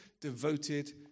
devoted